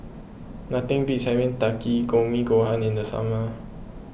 nothing beats having Takikomi Gohan in the summer